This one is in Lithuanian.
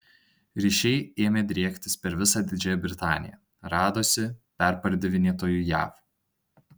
ryšiai ėmė driektis per visą didžiąją britaniją radosi perpardavinėtojų jav